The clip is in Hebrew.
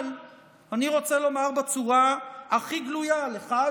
אבל אני רוצה לומר בצורה הכי גלויה לך,